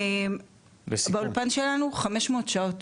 באולפן שלנו 500 שעות,